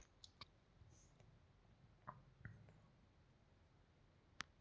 bank ಖಾತಾಗಳು ಅಗ್ಗ ಮತ್ತು ಸುರಕ್ಷಿತನೂ ಹೌದು